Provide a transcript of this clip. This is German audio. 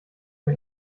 für